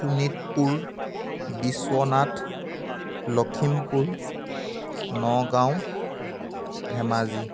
Sonitpur Biswanath Lakhimpur Nagaon Dhemaji